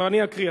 אני אקריא?